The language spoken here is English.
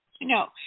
No